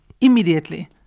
immediately